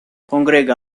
congrega